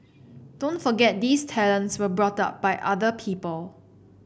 don't forget these talents were brought up by other people